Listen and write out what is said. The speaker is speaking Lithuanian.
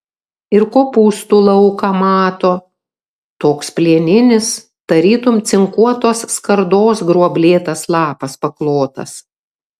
ir kopūstų lauką mato toks plieninis tarytum cinkuotos skardos gruoblėtas lapas paklotas